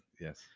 Yes